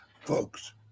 folks